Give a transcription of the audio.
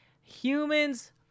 humans